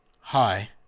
hi